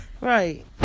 Right